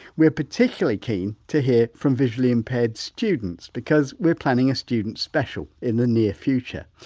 we're particularly keen to hear from visually impaired students because we're planning a students' special in the near future.